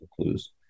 clues